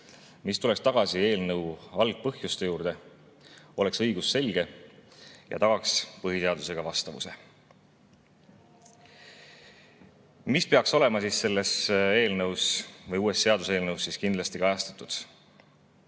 mis tuleks tagasi eelnõu algpõhjuste juurde, oleks õigusselge ja tagaks põhiseadusele vastavuse. Mis peaks olema selles uues seaduseelnõus kindlasti kajastatud?